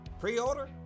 Pre-order